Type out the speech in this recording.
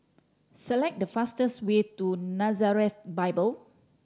select the fastest way to Nazareth Bible